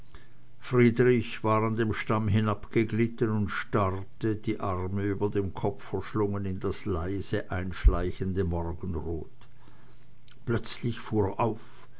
friedrich war an dem stamm hinabgeglitten und starrte die arme über den kopf verschlungen in das leise einschleichende morgenrot plötzlich fuhr er auf